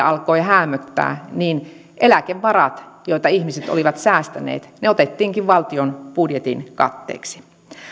alkoi häämöttää niin eläkevarat joita ihmiset olivat säästäneet otettiinkin valtion budjetin katteeksi